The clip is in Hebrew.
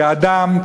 כאדם,